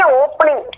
opening